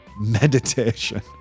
meditation